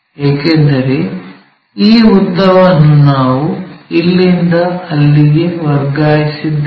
ಏಕೆಂದರೆ ಈ ಉದ್ದವನ್ನು ನಾವು ಇಲ್ಲಿಂದ ಅಲ್ಲಿಗೆ ವರ್ಗಾಯಿಸಿದ್ದೇವೆ